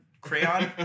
crayon